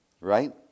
Right